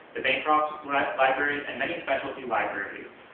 the bancroft library, and many specialty libraries.